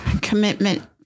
commitment